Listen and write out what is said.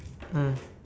mm